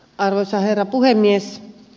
arvoisa herra puhemies